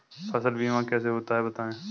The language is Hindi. फसल बीमा कैसे होता है बताएँ?